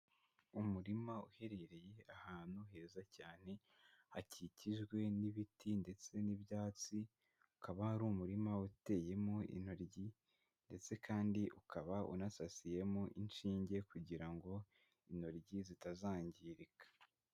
Umurima uherereye ahantu heza cyane hakikijwe n'ibiti ndetse n'ibyatsi, ukaba ari umurima uteyemo intoryi ndetse kandi ukaba unasasiyemo inshinge kugira ngo intoryi zitazangirika.